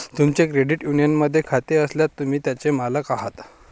तुमचे क्रेडिट युनियनमध्ये खाते असल्यास, तुम्ही त्याचे मालक आहात